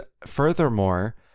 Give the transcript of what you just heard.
furthermore